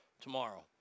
tomorrow